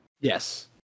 Yes